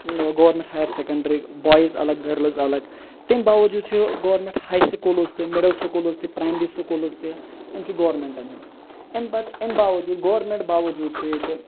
government higher secondary boys اَلَگ girls اَلَگ تمہِ باوٚوجوٗد چھُ گورمینٹ ہاے سُکولٕز تہِ مِڈِل سُکوٗلٕز تہِ پرایمری سلوٗلٕز تہِ یِم چھِ گورمینٹَن ہِنٛد امہ پَتہٕ امہِ باوَجود گورمنٹ باوٚوجود چھُ ییٚتہِ